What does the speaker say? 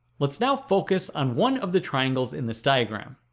let's now focus on one of the triangles in this diagram